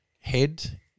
head